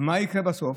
מה יקרה בסוף?